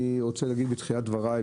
בתחילת דבריי,